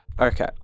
Okay